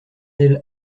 elle